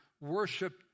worship